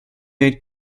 mate